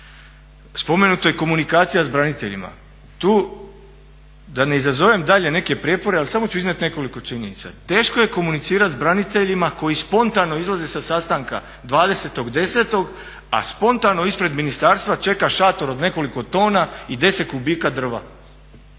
Spomenuta je komunikacija s braniteljima. Tu da ne izazovem dalje neke prijepore, ali samo ću iznijeti nekoliko činjenica. Teško je komunicirati s braniteljima koji spontano izlaze sa sastanka 20.10., a spontano ispred ministarstva čeka šator od nekoliko tona i 10 kubika drva.